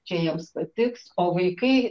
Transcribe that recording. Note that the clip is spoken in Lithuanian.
čia jiems patiks o vaikai